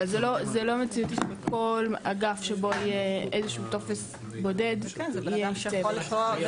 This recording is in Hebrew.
אבל זה לא מציאותי שבכול אגף שיהיה בו איזשהו טופס בודד יהיה איש צוות.